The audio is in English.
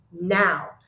now